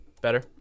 Better